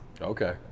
Okay